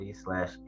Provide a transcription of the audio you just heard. slash